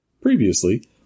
Previously